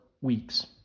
weeks